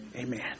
amen